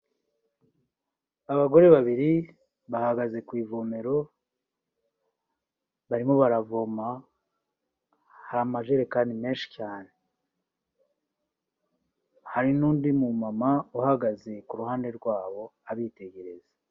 Abagore babiri bahagaze ku ivomero barimo baravoma, hari amajerekani, hari n'undi mumama uhagaze ku ruhande rwabo abitegereza.